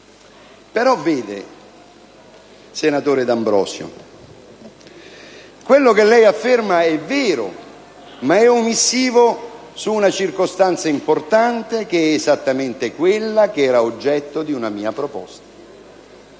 direttissimo. Senatore D'Ambrosio, quello che lei afferma è vero, ma è omissivo su una circostanza importante, che è esattamente quella che era oggetto di una mia proposta.